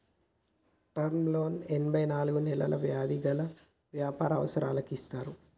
term లోన్లు ఎనభై నాలుగు నెలలు వ్యవధి గల వ్యాపార అవసరాలకు ఇస్తారు